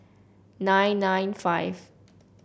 nine nine five